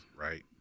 right